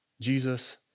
Jesus